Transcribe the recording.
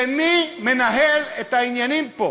ומי מנהל את העניינים פה?